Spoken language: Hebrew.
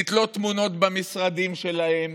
לתלות תמונות במשרדים שלהם,